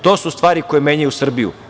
To su stvari koji menjaju Srbiju.